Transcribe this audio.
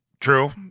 True